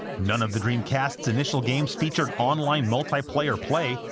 none of the dreamcast's initial games featured online multiplayer play,